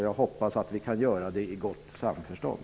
Jag hoppas att vi kan göra det i gott samförstånd.